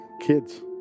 kids